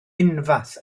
unfath